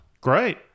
Great